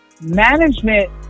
management